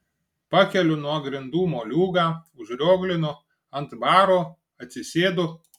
pakeliu nuo grindų moliūgą užrioglinu ant baro atsisėdu